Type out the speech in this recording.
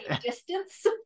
distance